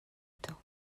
temps